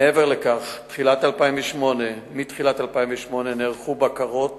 מעבר לכך, מתחילת 2008 נערכו בקרות